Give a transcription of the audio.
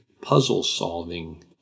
puzzle-solving